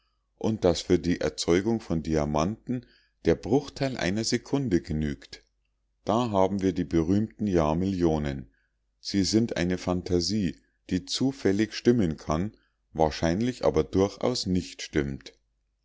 und daß für die erzeugung von diamanten der bruchteil einer sekunde genügt da haben wir die berühmten jahrmillionen sie sind eine phantasie die zufällig stimmen kann wahrscheinlich aber durchaus nicht stimmt